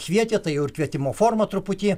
kvietė tai jau ir kvietimo forma truputį